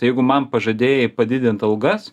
tai jeigu man pažadėjai padidint algas